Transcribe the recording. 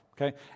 okay